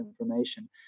information